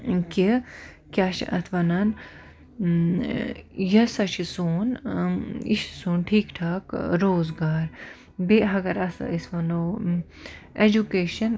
کہِ کیٛاہ چھِ اتھ وَنان یہِ ہَسا چھُ سون یہِ چھُ سون ٹھیٖک ٹھاک روزگار بیٚیہِ اَگَر ہَسا أسۍ وَنو ایٚجوکیشَن